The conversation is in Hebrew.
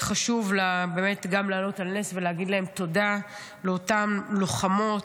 חשוב באמת גם להעלות על נס ולהגיד תודה לאותן לוחמות,